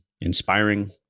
inspiring